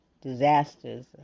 disasters